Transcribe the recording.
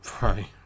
Right